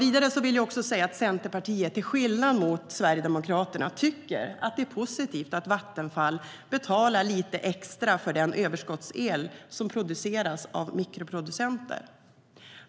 Vidare vill jag säga att Centerpartiet till skillnad från Sverigedemokraterna tycker att det är positivt att Vattenfall betalar lite extra för den överskottsel som produceras av mikroproducenter.